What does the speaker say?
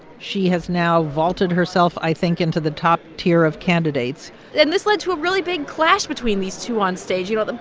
she has now vaulted herself, i think, into the top tier of candidates and this led to a really big clash between these two on stage, you know,